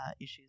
issues